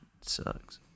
sucks